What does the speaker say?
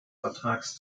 vertrags